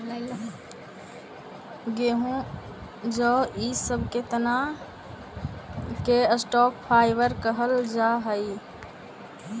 गेहूँ जौ इ सब के तना के स्टॉक फाइवर कहल जा हई